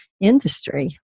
industry